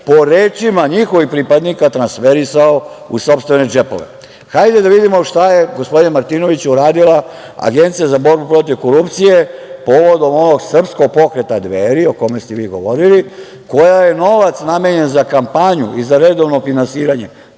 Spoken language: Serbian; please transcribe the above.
po rečima njihovih pripadnika, transferisao u sopstvene džepove. Hajde da vidimo šta je, gospodine Martinoviću, uradila Agencija za borbu protiv korupcije povodom ovog Srpskog pokreta Dveri o kome ste vi govorili, koja je novac namenjen za kampanju i redovno finansiranje